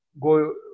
go